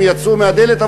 הם יצאו מהדלת,